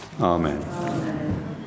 Amen